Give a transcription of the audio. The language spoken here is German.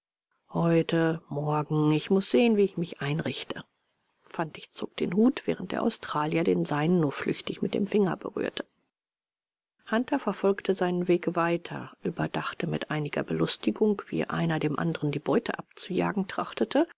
heute morgen ich muß sehen wie ich mich einrichte fantig zog den hut während der australier den seinen nur flüchtig mit dem finger berührte hunter verfolgte seinen weg weiter überdachte mit einiger belustigung wie einer dem anderen die beute abzujagen trachtete